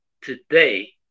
today